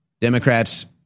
Democrats